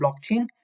blockchain